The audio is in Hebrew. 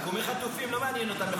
לא מעניין אותם.